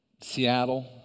Seattle